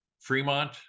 Fremont